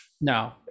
No